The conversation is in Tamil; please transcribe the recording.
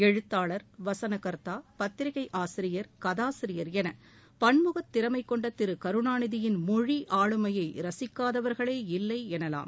எழுத்தாளர் வசன கர்த்தா பத்திரிகை ஆசிரியர் கதாசிரியர் என பன்முகத் திறமை கொண்ட திரு கருணாநிதியின் மொழி ஆளுமையை ரசிக்காதவர்களே இல்லை எனலாம்